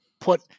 put